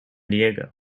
diego